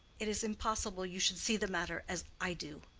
it is impossible you should see the matter as i do.